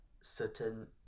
certain